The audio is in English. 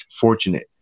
fortunate